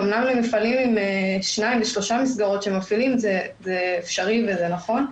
אמנם למפעלים עם שתיים או שלוש מסגרות זה אפשרי ונכון.